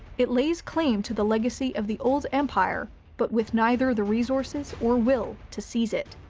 it lays claim to the legacy of the old empire, but with neither the resources or will to seize it.